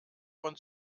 von